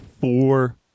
four